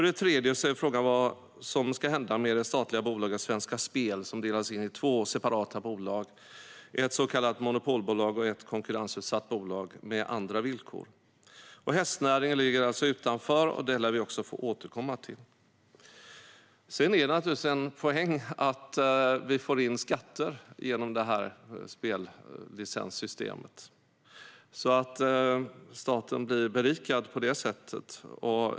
Det är också fråga om vad som ska hända med det statliga bolaget Svenska Spel, som delas upp i två separata bolag, ett så kallat monopolbolag och ett konkurrensutsatt bolag med andra villkor. Hästnäringen ligger alltså utanför. Det lär vi få återkomma till. Sedan är det naturligtvis en poäng att vi får in skatter genom detta spellicenssystem, så att staten blir berikad på det sättet.